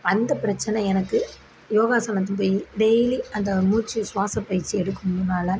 அந்த பிரச்சனை எனக்கு யோகாசனத்தில் போய் டெய்லி அந்த மூச்சு சுவாச பயிற்சி எடுக்கும் முன்னாலே